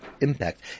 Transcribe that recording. impact